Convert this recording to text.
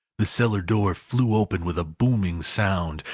the cellar-door flew open with a booming sound,